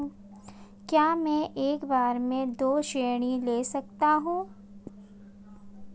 क्या मैं एक बार में दो ऋण ले सकता हूँ?